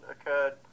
occurred